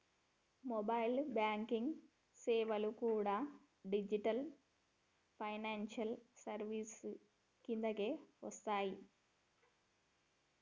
mobile banking సేవలు కూడా digital financial services కిందకే వస్తయ్యి